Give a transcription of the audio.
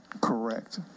correct